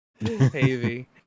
Heavy